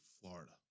Florida